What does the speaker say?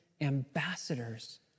ambassadors